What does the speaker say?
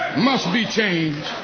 must be changed.